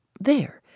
There